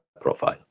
profile